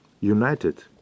united